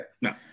No